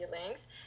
feelings